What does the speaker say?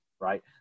right